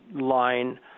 line